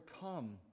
come